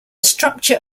structure